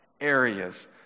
areas